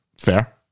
Fair